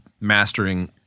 mastering